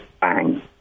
bang